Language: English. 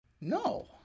No